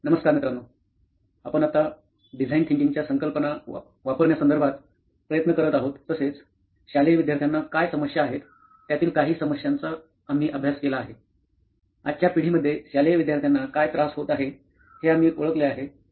नमस्कार मित्रांनोआपण आता डिझाईन थिंकिंगच्या संकल्पना वापरण्यासंदर्भात प्रयत्न करत आहोत तसेच शालेय विद्यार्थ्याना काय समस्या आहेत त्यातील काही समस्यांचा आम्ही अभ्यास केला आहे आजच्या पिढी मध्ये शालेय विद्यार्थ्याना काय त्रास होत आहे हे आम्ही ओळखले आहे